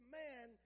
man